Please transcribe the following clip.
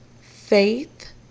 faith